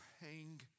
hang